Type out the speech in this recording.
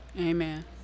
Amen